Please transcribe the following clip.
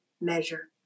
measure